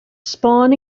spawn